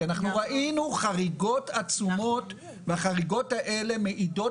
ראינו חריגות עצומות והחריגות האלה מעידות